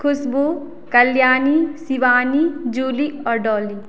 खुशबू Kalyani Shivani Julie आओर डॉली